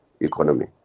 economy